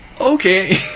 Okay